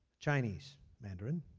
chinese, mandarin,